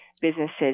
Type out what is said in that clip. businesses